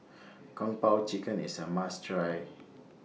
Kung Po Chicken IS A must Try